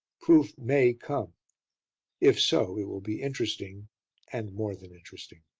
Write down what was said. proof may come if so, it will be interesting and more than interesting.